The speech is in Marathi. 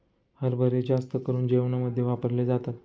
हरभरे जास्त करून जेवणामध्ये वापरले जातात